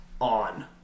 On